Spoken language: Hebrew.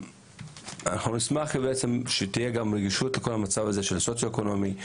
אנחנו נשמח שתהיה גם רגישות לכל המצב הזה של סוציו-אקונומי.